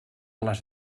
les